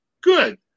good